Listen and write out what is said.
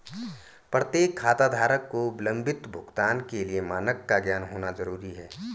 प्रत्येक खाताधारक को विलंबित भुगतान के लिए मानक का ज्ञान होना जरूरी है